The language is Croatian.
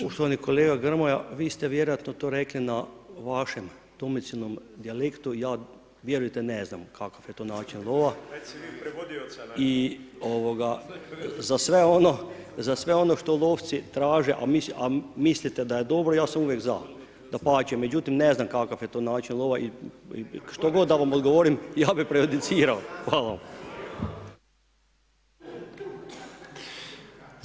Poštovani kolega Grmoja, vi ste vjerojatno to rekli na vašem domicilnom dijalektu i ja vjerujte ne znam kakav je to način lova [[Upadica:… si vi prevodioca nađite.]] i ovoga za sve ono što lovci traže, a mislite da je dobro ja sam uvijek za, dapače, međutim ne znam kakav je to način lova i što god da vam odgovorim ja bi prejudiciral, hvala vam.